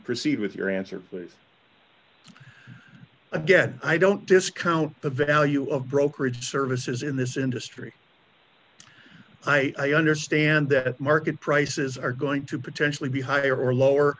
proceed with your answer please again i don't discount the value of brokerage services in this industry i understand that market prices are going to potentially be higher or lower